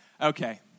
okay